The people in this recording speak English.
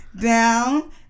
down